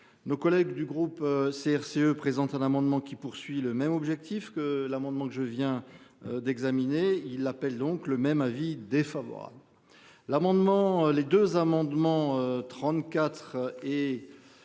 Nos collègues du groupe CRCE présente un amendement qui poursuit le même objectif que l'amendement que je viens d'examiner. Il appelle donc le même avis défavorable. L'amendement. Les 2